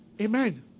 Amen